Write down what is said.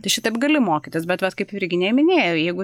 tai šitaip gali mokytis bet vat kaip virginija minėjo jeigu